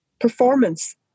performance